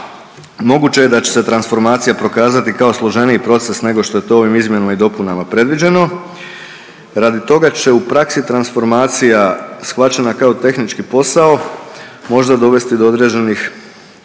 Moguće je da će se transformacija prokazati kao složeniji proces nego što je to u ovim izmjenama i dopunama predviđeno. Radi toga će u praksi transformacija shvaćena kao tehnički posao možda dovesti do određenih